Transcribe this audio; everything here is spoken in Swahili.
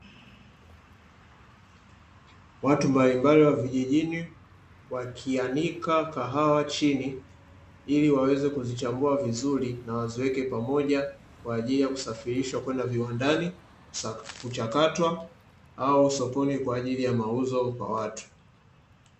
Watu mbalimbali wa vijijini wakianika kahawa chini, ili waweze kuzichambua vizuri na waziweke pamoja kwa ajili ya kusafirishwa kwenda viwandani, kuchakatwa au sokoni kwa ajili ya mauzo kwa watu.